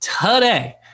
Today